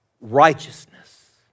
righteousness